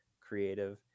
creative